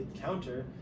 counter